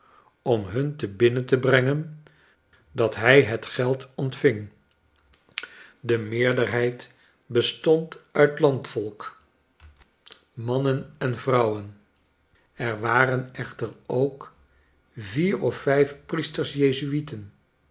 om hun te binnen te brengen dat hij het geld ontving de meerderheid bestond uit landvolk mannen en vrouwen er waren echter ook vier of vijf priesters